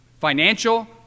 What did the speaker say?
financial